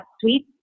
sweet